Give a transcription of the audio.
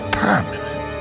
permanent